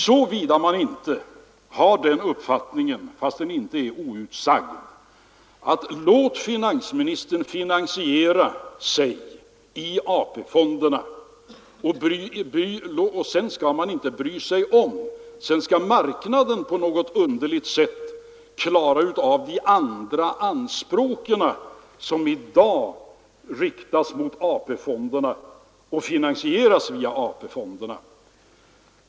Såvida man inte har den uppfattningen — fast den inte är utsagd — att man skall låta finansministern finansiera sig i AP-fonderna, och sedan skall marknaden på något underligt sätt klara av de andra anspråk som i dag riktas mot AP-fonderna och som finansieras via AP-fonderna.